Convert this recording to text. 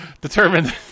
determined